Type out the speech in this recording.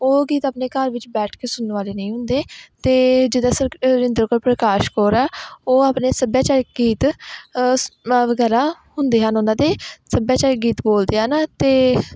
ਉਹ ਗੀਤ ਆਪਣੇ ਘਰ ਵਿੱਚ ਬੈਠ ਕੇ ਸੁਣਨ ਵਾਲੇ ਨਹੀਂ ਹੁੰਦੇ ਅਤੇ ਜਿੱਦਾਂ ਸਰ ਸੁਰਿੰਦਰ ਕੌਰ ਪ੍ਰਕਾਸ਼ ਕੌਰ ਆ ਉਹ ਆਪਣੇ ਸੱਭਿਆਚਾਰਕ ਗੀਤ ਵਗੈਰਾ ਹੁੰਦੇ ਹਨ ਉਹਨਾਂ ਦੇ ਸੱਭਿਆਚਾਰਕ ਗੀਤ ਬੋਲਦੇ ਹਨ ਅਤੇ